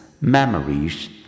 memories